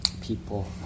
people